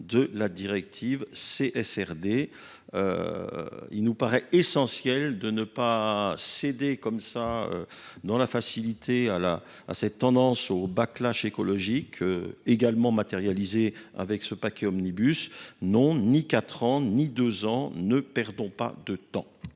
de la directive CSRD. Il nous paraît essentiel de ne pas céder à la facilité du bâclage écologique, également matérialisée par ce paquet omnibus. Non, ni quatre ans ni deux ans : ne perdons pas de temps